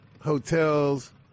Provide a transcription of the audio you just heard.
hotels